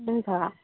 हुन्छ